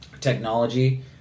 technology